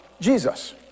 Jesus